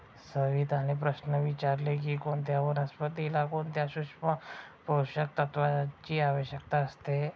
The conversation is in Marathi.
सविताने प्रश्न विचारला की कोणत्या वनस्पतीला कोणत्या सूक्ष्म पोषक तत्वांची आवश्यकता असते?